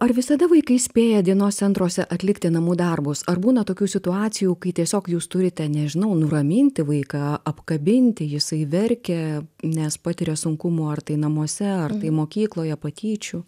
ar visada vaikai spėja dienos centruose atlikti namų darbus ar būna tokių situacijų kai tiesiog jūs turite nežinau nuraminti vaiką apkabinti jisai verkia nes patiria sunkumų ar tai namuose ar mokykloje patyčių